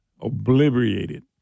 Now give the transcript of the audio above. obliterated